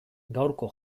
gaurko